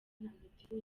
ntagatifu